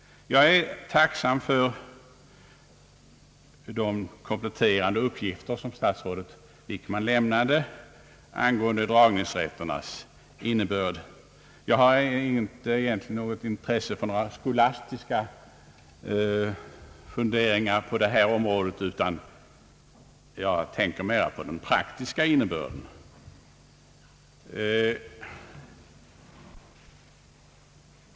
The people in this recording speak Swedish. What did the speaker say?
Jag är tacksam för de kompletterande uppgifter som statsrådet Wickman lämnade angående dragningsrätternas innebörd. Jag har inte något intresse för några skolastiska funderingar på detta område, utan jag tänker mera på den praktiska innebörden.